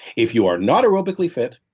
if you're not aerobically fit,